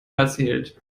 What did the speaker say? erzählt